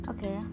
Okay